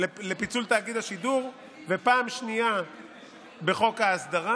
השידור ופעם שנייה בחוק ההסדרה,